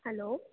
hello